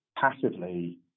passively